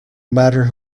matter